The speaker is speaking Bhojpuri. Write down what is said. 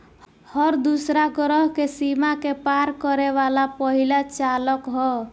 हर दूसरा ग्रह के सीमा के पार करे वाला पहिला चालक ह